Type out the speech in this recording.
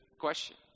question